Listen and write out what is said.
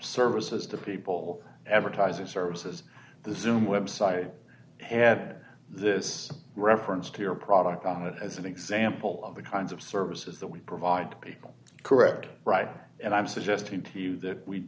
services to people ever ties or services the xoom website had this reference to your product on it as an example of the kinds of services that we provide people correct right and i'm suggesting to you that we